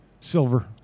Silver